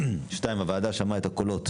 שניים, הוועדה שמעה את הקולות